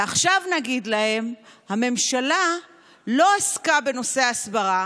ועכשיו נגיד להם: הממשלה לא עסקה בנושא ההסברה,